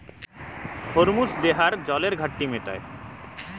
খরমুজ দেহার জলের ঘাটতি মেটায়